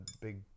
big